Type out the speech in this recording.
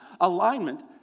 alignment